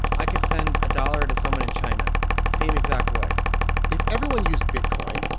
i could send a dollar to someone in china the same exact way if everyone used bitcoin,